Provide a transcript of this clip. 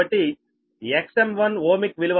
కాబట్టి Xm1 ohmic విలువ వచ్చి 0